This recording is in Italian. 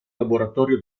laboratorio